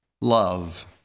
love